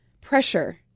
pressure